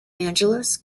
angeles